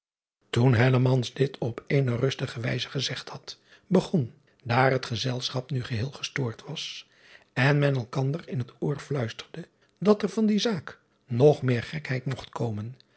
oen dit op eene rustige wijze gezegd had begon daar het gezelschap nu geheel gestoord was en men elkander in het oor fluisterde dat er van die zaak nog meer gekheid mogt komen